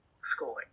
schooling